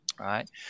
right